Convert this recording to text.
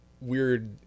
weird